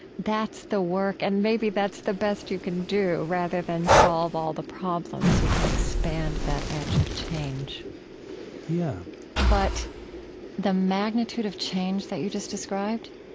that's the work and maybe that's the best you can do, rather than solve all the problems. you can expand that edge of change yeah but the magnitude of change that you just described,